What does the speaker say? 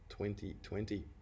2020